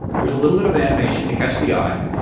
there's a little bit of animation to catch the eye.